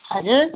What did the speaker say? हजुर